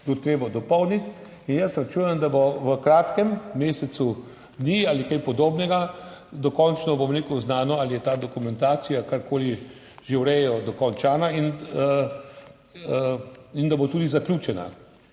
dokumentacije dopolniti, jaz računam, da bo v kratkem, mesecu dni ali kaj podobnega, dokončno znano, ali je ta dokumentacija, karkoli že urejajo, dokončana in da bo tudi zaključena.